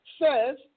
says